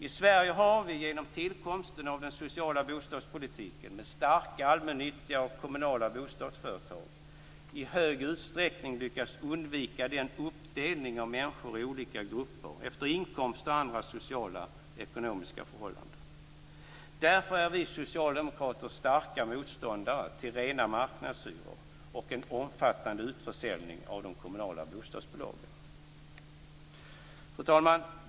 I Sverige har vi genom tillkomsten av den sociala bostadspolitiken med starka allmännyttiga och kommunala bostadsföretag i stor utsträckning lyckats undvika en uppdelning av människor i olika grupper efter inkomst och andra sociala och ekonomiska förhållanden. Därför är vi socialdemokrater starka motståndare till rena marknadshyror och till en omfattande utförsäljning av de kommunala bostadsbolagen. Fru talman!